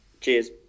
Cheers